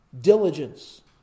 Diligence